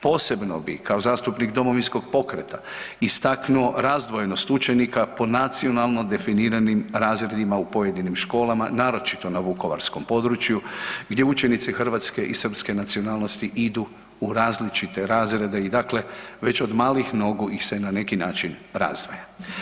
Posebno bih kao zastupnik Domovinskog pokreta istaknuo razdvojenost učenika po nacionalno definiranim razredima u pojedinim školama naročito na vukovarskom području gdje učenici hrvatske i srpske nacionalnosti idu u različite razrede i dakle već od malih nogu ih se na neki način razdvaja.